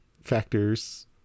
factors